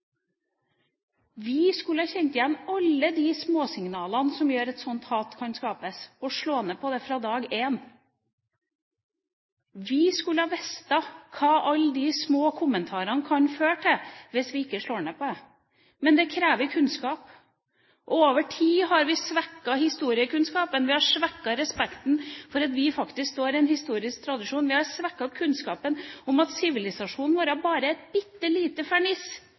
Vi skulle ha kjent igjen alle de små signalene som gjør at sånt hat kan skapes – og slått ned på det fra dag én. Vi skulle ha visst hva alle de små kommentarene kan føre til hvis vi ikke slår ned på det. Men det krever kunnskap. Over tid har vi svekket historiekunnskapen og svekket respekten for at vi faktisk står i en historisk tradisjon. Vi har svekket kunnskapen om at sivilisasjonen vår bare er en bitte liten ferniss. Om vi ikke kjemper for